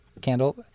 candle